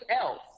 else